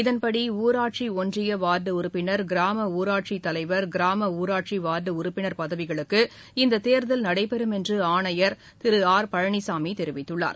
இதன்படிஊராட்சிஒன்றியவார்டுஉறுப்பினர் கிராமஊராட்சிதலைவர் கிராமஊராட்சிவார்டுஉறுப்பினர் பதவிகளுக்கு இந்ததேர்தல் நடைபெறும் என்றுஆணையர் திருஆர் பழனிசாமிதெரிவித்துள்ளார்